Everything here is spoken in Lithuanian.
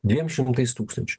dviem šimtais tūkstančių